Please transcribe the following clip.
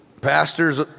pastor's